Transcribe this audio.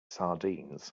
sardines